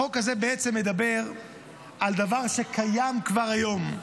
החוק הזה בעצם מדבר על דבר שקיים כבר היום.